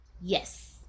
yes